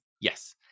Yes